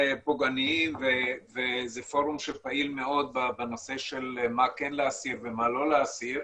פוגעניים וזה פורום שפעיל מאוד בנושא של מה כן להסיר ומה לא להסיר.